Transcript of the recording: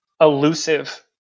elusive